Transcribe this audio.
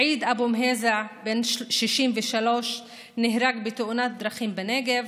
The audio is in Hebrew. עיד אבו מהיזע, בן 63, נהרג בתאונת דרכים בנגב,